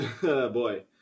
boy